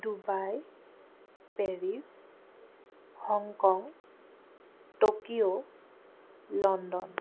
Dubai Paris Hong Kong Tokyo London